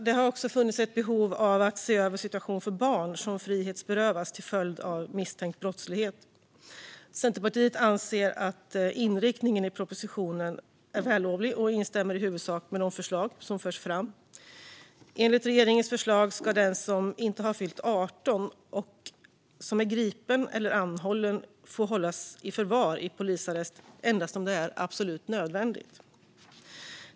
Det har också funnits ett behov av att se över situationen för barn som frihetsberövas till följd av misstänkt brottslighet. Centerpartiet anser att inriktningen i propositionen är vällovlig och instämmer i huvudsak med de förslag som förs fram. Enligt regeringens förslag ska den som inte har fyllt 18 och som är gripen eller anhållen få hållas i förvar i polisarrest endast om det är absolut nödvändigt.